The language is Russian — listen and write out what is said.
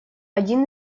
один